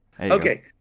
Okay